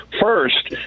First